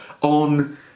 on